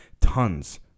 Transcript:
Tons